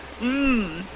Mmm